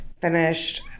finished